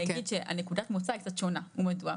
אגיד שנקודת המוצא היא קצת השונה ומדוע?